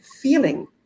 feeling